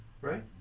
Right